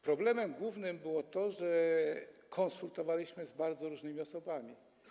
Problemem głównym było to, że konsultowaliśmy z bardzo różnymi osobami.